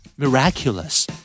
Miraculous